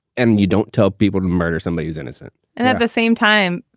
and you don't tell people to murder somebody who's innocent and at the same time,